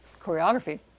choreography